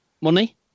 money